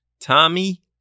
Tommy